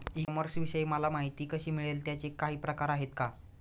E कॉमर्सविषयी मला माहिती कशी मिळेल? त्याचे काही प्रकार आहेत का?